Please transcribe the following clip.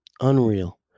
unreal